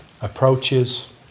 approaches